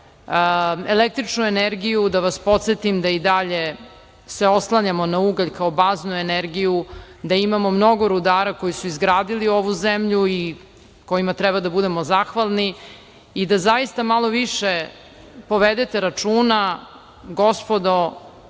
električnu energiju. Da vas podsetim da i dalje se oslanjamo na ugalj kao baznu energiju da imamo mnogo rudara koji su izgradili ovu zemlju i kojima treba da budemo zahvalni i da zaista malo više povedete računa, gospodo,